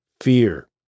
fear